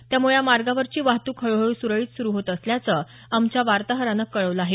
त्यामुळे या मार्गावरची वाहतुक हळूहळू सुरळीत होत असल्याचं आमच्या वार्ताहरांनी कळवलं आहे